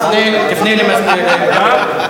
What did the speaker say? תפנה למזכירת הכנסת.